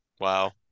Wow